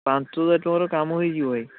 ପାଞ୍ଚ ହଜାର ଟଙ୍କାର କାମ ହେଇଯିବ ଭାଇ